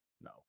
No